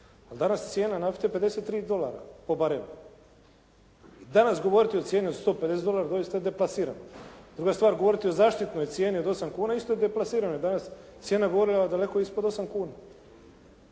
je danas cijena nafte 53 dolara po barelu. Danas govoriti o cijeni od 150 dolara je doista deplasirano. Druga je stvar govoriti o zaštitnoj cijeni od 8 kuna, isto je deplasirano i danas cijena goriva daleko ispod 8 kuna.